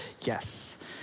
yes